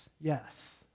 yes